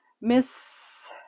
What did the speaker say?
miss